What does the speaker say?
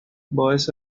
باعث